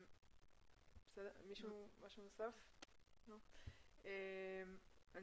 אני